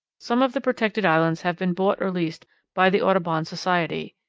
some of the protected islands have been bought or leased by the audubon society,